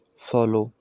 follow